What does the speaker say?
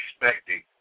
expecting